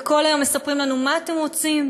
וכל היום מספרים לנו: מה אתם רוצים?